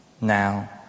now